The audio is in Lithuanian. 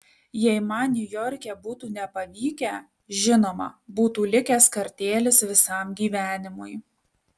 jei man niujorke būtų nepavykę žinoma būtų likęs kartėlis visam gyvenimui